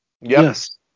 Yes